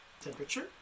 temperature